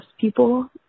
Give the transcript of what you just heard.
people